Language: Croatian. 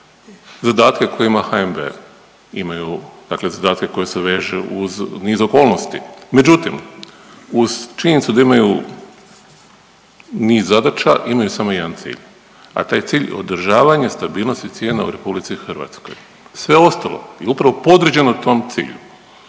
zadatke koje ima HNB, imaju dakle zadatke koji se vežu uz niz okolnosti, međutim uz činjenicu da imaju niz zadaća imaju samo jedan cilj, a taj cilj je održavanje stabilnosti cijena u RH, sve ostalo je upravo podređeno tom cilju.